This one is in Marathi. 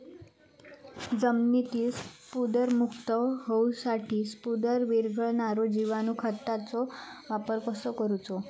जमिनीतील स्फुदरमुक्त होऊसाठीक स्फुदर वीरघळनारो जिवाणू खताचो वापर कसो करायचो?